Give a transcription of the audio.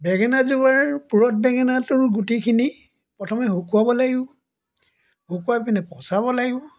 বেঙেনাজোপাৰ পুৰঠ বেঙেনাটোৰ গুটিখিনি প্ৰথমে শুকুৱাব লাগিব শুকুৱাই পিনে পচাব লাগিব